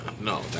No